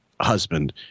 husband